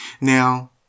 Now